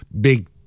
big